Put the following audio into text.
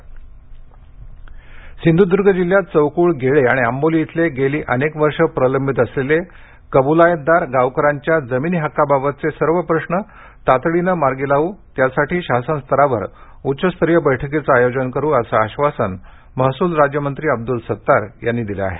कबलायतदार सिंधदर्ग सिंधूदर्ग जिल्ह्यात चौकूळ गेळे आणि आंबोली इथले गेली अनेक वर्षे प्रलंबित असलेले कबूलायतदार गावकरांच्या जमिनी हक्काबाबतचे सर्व प्रश्न तातडीनं मार्गी लावू त्यासाठी शासनस्तरावर उच्चस्तरीय बैठकीचे आयोजन करू असं आश्वासन महसूल राज्यमंत्री अब्दूल सत्तार यांनी दिलं आहे